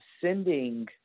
sending